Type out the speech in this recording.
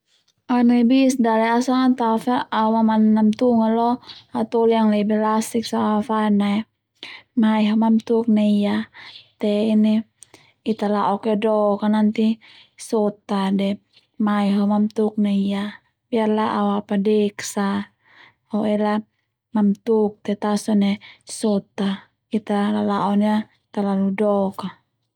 Au nai bis dale au sanga tao fe au mamana namtung a lo hatoli yang lebih lasik sone au afadan ae mai ho mantuk nai ia te ini Ita laok ia dok a nanti sota de mai ho mamtuk nai ia biarlah au apadek sa ho ela mamtuk sa te ta sone sota Ita lalaon ia talalu dok a.